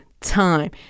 time